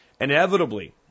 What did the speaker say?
Inevitably